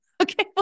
Okay